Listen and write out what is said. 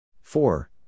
Four